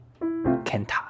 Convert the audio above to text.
Kenta